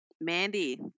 mandy